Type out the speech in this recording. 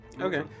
okay